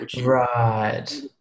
Right